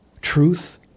truth